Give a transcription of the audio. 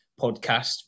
podcast